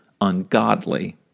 ungodly